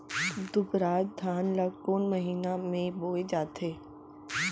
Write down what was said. दुबराज धान ला कोन महीना में बोये जाथे?